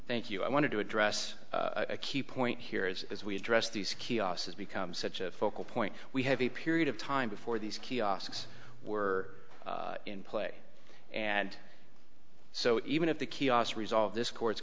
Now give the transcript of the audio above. thank you i wanted to address a key point here is as we address these kiosk has become such a focal point we have a period of time before these kiosks were in play and so even if the kiosks resolve this cour